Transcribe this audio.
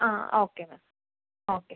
ആ okay ma'am okay